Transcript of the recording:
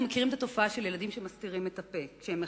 אנחנו מכירים את התופעה של ילדים שמסתירים את הפה כשהם מחייכים,